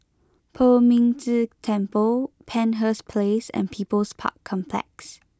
Poh Ming Tse Temple Penshurst Place and People's Park Complex